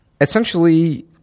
essentially